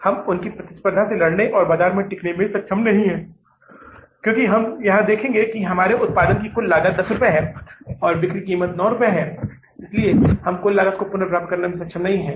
हम उनकी प्रतिस्पर्धा से लड़ने और बाजार में टिकने में सक्षम नहीं हैं क्योंकि हम यहां देखेंगे हमारे उत्पादन की कुल लागत 10 रुपये है उनकी बिक्री की कीमत 9 रुपये है इसलिए हम कुल लागत को पुनर्प्राप्त करने में सक्षम नहीं हैं